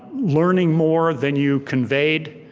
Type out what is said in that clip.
learning more than you conveyed.